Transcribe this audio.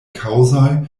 kaŭzoj